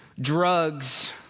drugs